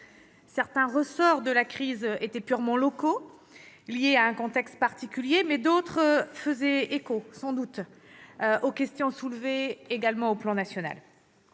certains ressorts de la crise étaient purement locaux, liés à un contexte particulier, mais d'autres faisaient écho, sans doute, aux questions soulevées à l'échelle nationale.